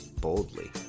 boldly